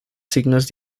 signos